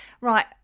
Right